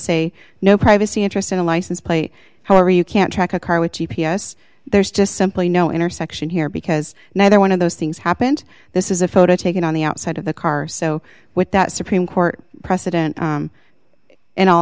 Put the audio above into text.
say no privacy interest in a license plate however you can't track a car with g p s there's just simply no intersection here because neither one of those things happened this is a photo taken on the outside of the car so what that supreme court precedent and